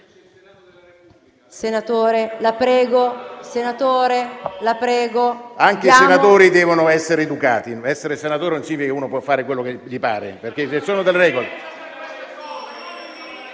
internazionale*. Anche i senatori devono essere educati. Essere senatore non significa che uno può fare quello che gli pare, perché ci sono delle regole.